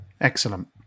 Excellent